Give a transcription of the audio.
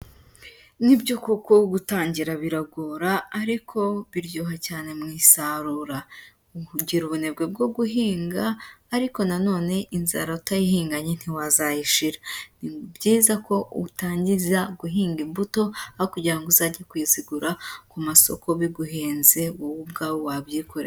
Ni byo koko gutangira biragora ariko biryoha cyane mu isarura. Ugira ubunebwe bwo guhinga, ariko nanone inzara utayihinganye ntiwazayishira. Ni byiza ko utangiza guhinga imbuto, aho kugira ngo uzajye kuzigura ku masoko biguhenze, wowe ubwa wabyikorera.